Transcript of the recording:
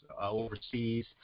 overseas